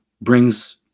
brings